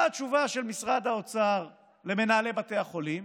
מה התשובה של משרד האוצר למנהלי בתי החולים?